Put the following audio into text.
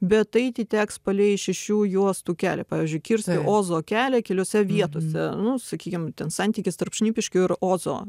bet eiti teks palei šešių juostų kelią pavyzdžiui kirsti ozo kelią keliose vietose nu sakykim ten santykis tarp šnipiškių ir ozo